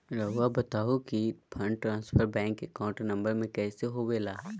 रहुआ बताहो कि fund transfer bank account number में कैसे होबेला?